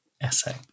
essay